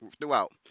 throughout